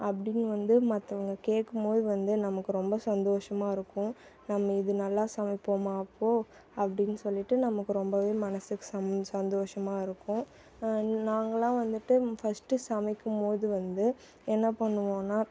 அப்படின்னு வந்து மத்தவங்க கேட்கும்போது வந்து நமக்கு ரொம்ப சந்தோஷமா இருக்கும் நம்ம இது நல்லா சமைப்போமா அப்போது அப்படின்னு சொல்லிட்டு நமக்கு ரொம்ப மனசுக்கு சந்தோஷமா இருக்கும் நாங்கள்லாம் வந்துட்டு ஃபஸ்ட்டு சமைக்கும்போது வந்து என்ன பண்ணுவோம்னா